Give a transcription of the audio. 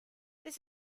this